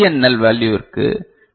L வேல்யுவிற்கு S